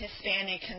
Hispanic